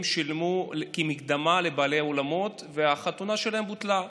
שילמו כמקדמה לבעלי אולמות והחתונה שלהם בוטלה.